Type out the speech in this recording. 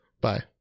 bye